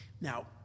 Now